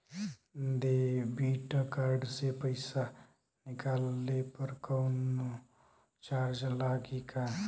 Debit card से पैसा निकलले पर कौनो चार्ज लागि का?